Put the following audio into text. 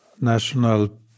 national